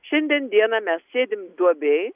šiandien dieną mes sėdim duobėj